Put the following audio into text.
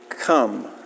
Come